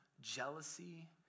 jealousy